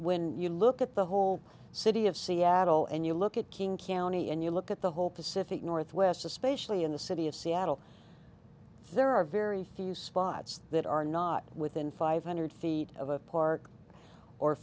when you look at the whole city of seattle and you look at king county and you look at the whole pacific northwest especially in the city of seattle there are very few spots that are not within five hundred feet of a park or